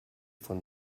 von